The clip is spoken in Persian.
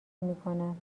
میکند